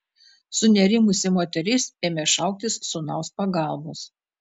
sunerimusi moteris ėmė šauktis sūnaus pagalbos